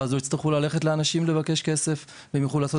ולא יצטרכו ללכת לאנשים לבקש כסף והם יוכלו לעשות